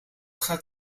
gaat